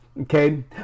Okay